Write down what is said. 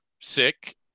sick